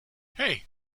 hey